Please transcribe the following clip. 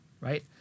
right